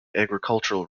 agricultural